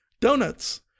Donuts